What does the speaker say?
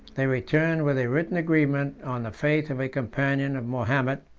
they returned with a written agreement, on the faith of a companion of mahomet,